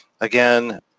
again